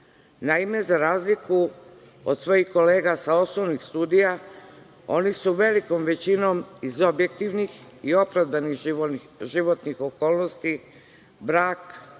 Naime, za razliku od svojih kolega sa osnovnih studija, oni su velikom većinom iz objektivnih i opravdanih životnih okolnosti, brak,